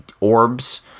orbs